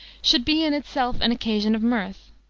should be in itself an occasion of mirth.